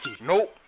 Nope